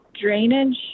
drainage